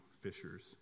fishers